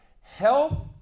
health